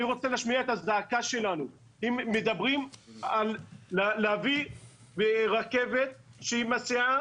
אני רוצה להשמיע את הזעקה שלנו: מדברים להביא רכבת שמסיעה